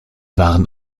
waren